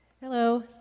Hello